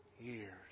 years